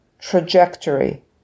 trajectory